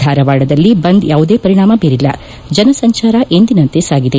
ಧಾರವಾಡದಲ್ಲಿ ಬಂದ್ ಯಾವುದೇ ಪರಿಣಾಮ ಬೀರಿಲ್ಲ ಜನ ಸಂಚಾರ ಎಂದಿನಂತೆ ಸಾಗಿದೆ